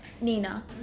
Nina